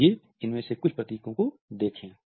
आइए इनमें से कुछ प्रतीकों को देखें